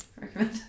recommend